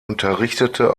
unterrichtete